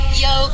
yo